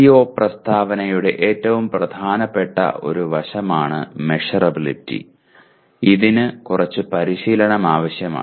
CO പ്രസ്താവനയുടെ ഏറ്റവും പ്രധാനപ്പെട്ട ഒരു വശമാണ് മെഷറബിലിറ്റി ഇതിന് കുറച്ച് പരിശീലനം ആവശ്യമാണ്